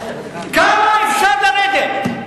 כמה אפשר לרדת?